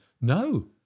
no